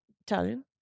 Italian